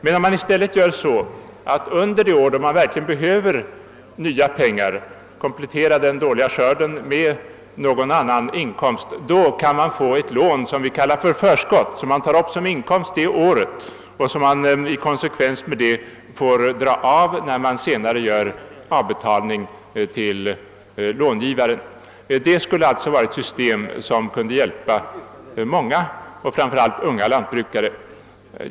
Vi föreslår i stället att man under det år då man verkligen behöver komplettera inkomsten av den dåliga skörden med någon annan inkomst skall kunna få ett lån som kallas för förskott, som man tar upp som inkomst det året och som man i konsekvens därmed får dra av när man senare gör avbetalningen till långivaren. Det systemet skulle kunna hjälpa många, framför allt unga lantbrukare.